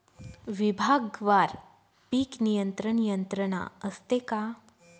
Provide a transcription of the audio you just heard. विभागवार पीक नियंत्रण यंत्रणा असते का?